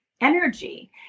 energy